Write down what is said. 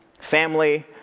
family